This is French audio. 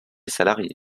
salariée